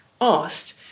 asked